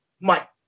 Mike